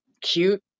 cute